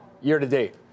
year-to-date